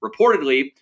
Reportedly